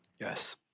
Yes